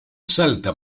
salta